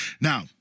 Now-